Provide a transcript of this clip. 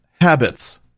habits